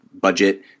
budget